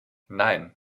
nein